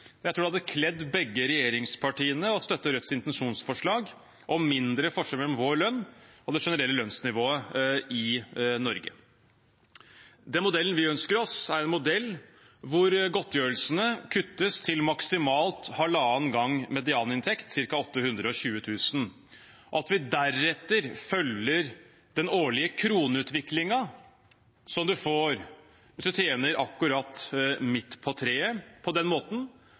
Jeg tror det hadde kledd begge regjeringspartiene å støtte Rødts intensjonsforslag om mindre forskjeller mellom vår lønn og det generelle lønnsnivået i Norge. Den modellen vi ønsker oss, er en modell hvor godtgjørelsene kuttes til maksimalt halvannen gang medianinntekt, ca. 820 000 kr, og at vi deretter følger den årlige kroneutviklingen man får hvis man tjener akkurat midt på treet. På den måten